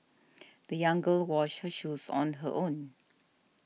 the young girl washed her shoes on her own